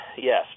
yes